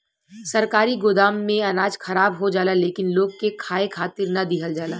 सरकारी गोदाम में अनाज खराब हो जाला लेकिन लोग के खाए खातिर ना दिहल जाला